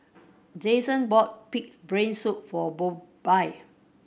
Jason bought Pig's Brain Soup for Bobbye